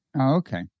Okay